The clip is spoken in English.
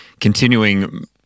continuing